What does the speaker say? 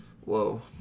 Whoa